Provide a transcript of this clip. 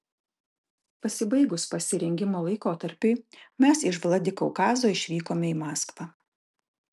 pasibaigus pasirengimo laikotarpiui mes iš vladikaukazo išvykome į maskvą